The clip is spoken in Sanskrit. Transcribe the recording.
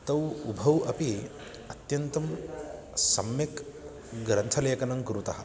तौ उभौ अपि अत्यन्तं सम्यक् ग्रन्थलेखनं कुरुतः